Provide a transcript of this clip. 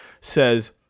says